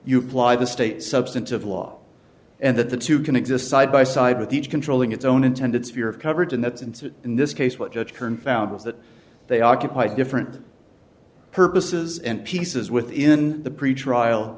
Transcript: you ply the state substantive law and that the two can exist side by side with each controlling its own intended sphere of coverage and that's ensued in this case what judge kern found was that they occupy different purposes and pieces within the pretrial